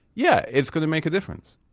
yeah it's going to make a difference.